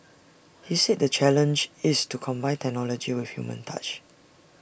he said the challenge is to combine technology with human touch